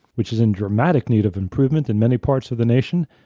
which is in dramatic need of improvement in many parts of the nation,